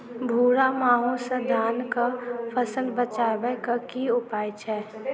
भूरा माहू सँ धान कऽ फसल बचाबै कऽ की उपाय छै?